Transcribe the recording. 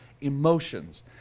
emotions